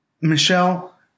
Michelle